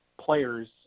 players